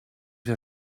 wir